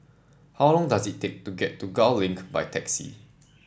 how long does it take to get to Gul Link by taxi